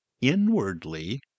inwardly